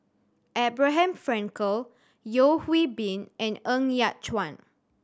Abraham Frankel Yeo Hwee Bin and Ng Yat Chuan